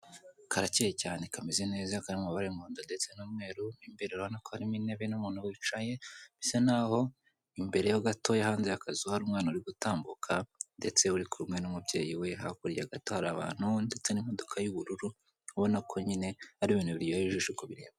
Karakeye cyane kameze neza kari mu mabara y'umuhondo ndetse n'umweru mo imbere urabona ko harimo intebe n'umuntu wicaye bisa n'aho imbere gatoya hanze y'akazu hari umwana uri gutambuka, ndetse uri kumewe n'umubyeyi we hakurya gato hari abantu ndetse n'imodoka y'ubururu, ubona ko ari ibintu biryoheye ijisho kubireba.